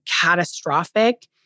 catastrophic